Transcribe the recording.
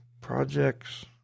Projects